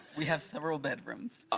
we have several bedrooms.